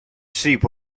sheep